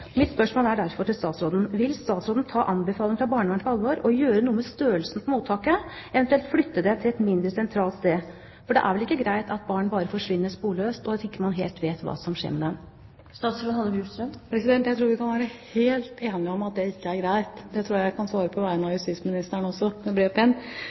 Mitt spørsmål er derfor: Vil statsråden ta anbefalingen fra barnevernet på alvor og gjøre noe med størrelsen på mottaket, eventuelt flytte det til et mindre sentralt sted? For det er vel ikke greit at barn bare forsvinner sporløst, og at man ikke helt vet hva som skjer med dem? Vi kan være helt enige om at det ikke er greit. Det tror jeg også jeg kan svare på vegne av justisministeren – med